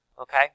Okay